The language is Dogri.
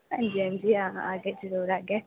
आंजी आंजी आं हां औगे जरूर औगे